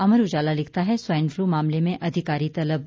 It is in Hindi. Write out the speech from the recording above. अमर उजाला लिखता है स्वाइन फ्लू मामले में अधिकारी तलब